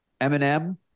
Eminem